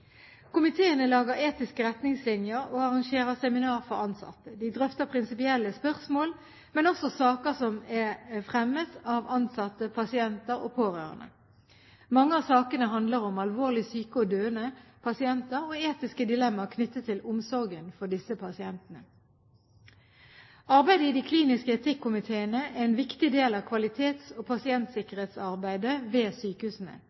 etiske retningslinjer og arrangerer seminarer for ansatte. De drøfter prinsipielle spørsmål, men også saker som er fremmet av ansatte, pasienter og pårørende. Mange av sakene handler om alvorlig syke og døende pasienter og etiske dilemmaer knyttet til omsorgen for disse pasientene. Arbeidet i de kliniske etikkomiteene er en viktig del av kvalitets- og pasientsikkerhetsarbeidet ved sykehusene.